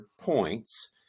points